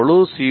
முழு சி